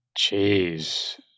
Jeez